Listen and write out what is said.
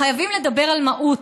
חייבים לדבר על מהות,